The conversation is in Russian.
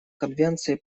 конвенции